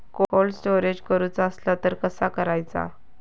Cold storage करूचा असला तर कसा करायचा?